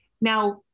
Now